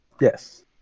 Yes